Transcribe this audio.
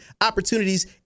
opportunities